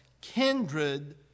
kindred